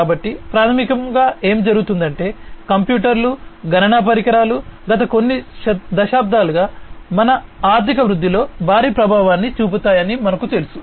కాబట్టి ప్రాథమికంగా ఏమి జరిగిందంటే కంప్యూటర్లు గణన పరికరాలు గత కొన్ని దశాబ్దాలుగా మన ఆర్థిక వృద్ధిలో భారీ ప్రభావాన్ని చూపుతాయని మనకు తెలుసు